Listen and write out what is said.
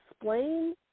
explain